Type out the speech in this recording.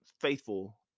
faithful